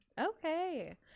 Okay